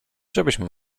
żebyśmy